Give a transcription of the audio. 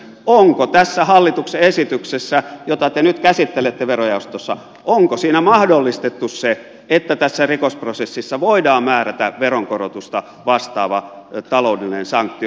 onko tässä hallituksen esityksessä jota te nyt käsittelette verojaostossa mahdollistettu se että tässä rikosprosessissa voidaan määrätä veronkorotusta vastaava taloudellinen sanktio